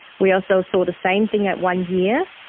we also saw the same thing at one year,